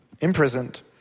imprisoned